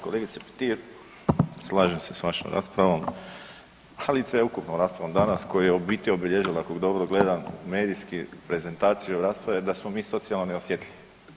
Kolegice Petir, slažem se sa vašom raspravom, ali i sveukupnom raspravom danas koja je u biti obilježila ako dobro gledam medijski prezentaciju rasprave, da smo mi socijalno neosjetljivi.